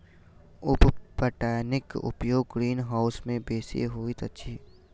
उप पटौनीक उपयोग ग्रीनहाउस मे बेसी होइत अछि